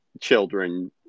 children